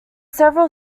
several